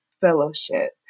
fellowship